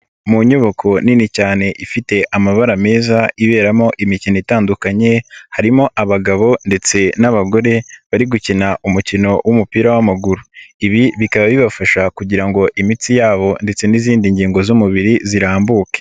Mu nyubako nini cyane ifite amabara meza iberamo imikino itandukanye, harimo abagabo ndetse n'abagore bari gukina umukino w'umupira w'amaguru. Ibi bikaba bibafasha kugira ngo imitsi yabo ndetse n'izindi ngingo z'umubiri zirambuke.